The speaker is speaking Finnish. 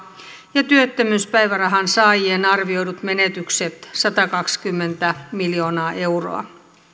ja työttömyyspäivärahan saajien arvioidut menetykset satakaksikymmentä miljoonaa euroa